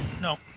No